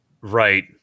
Right